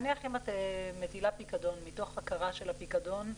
נניח אם את מטילה פיקדון מתוך הכרה שהפיקדון,